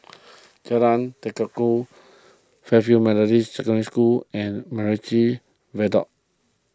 Jalan Tekukor Fairfield Methodist Secondary School and MacRitchie Viaduct